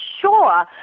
sure